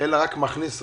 אלא רק מכניס רשויות.